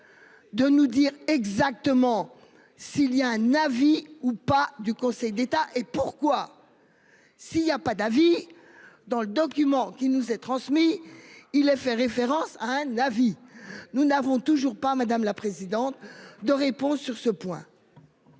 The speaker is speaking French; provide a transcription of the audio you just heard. De nous dire exactement s'il y a un avis ou pas du Conseil d'État. Et pourquoi. S'il y a pas d'avis. Dans le document qui nous est transmis. Il est fait référence à un avis nous n'avons toujours pas madame la présidente de réponse sur ce point.